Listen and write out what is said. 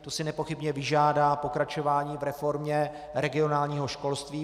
To si nepochybně vyžádá pokračování v reformě regionálního školství.